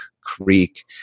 creek